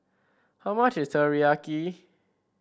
how much is Teriyaki